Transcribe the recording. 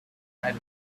night